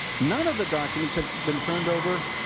none of the documents have been turned over